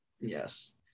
yes